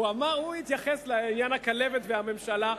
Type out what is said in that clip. הוא התייחס לעניין הכלבת והממשלה.